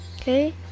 okay